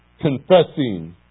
confessing